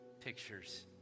pictures